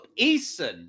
Eason